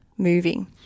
moving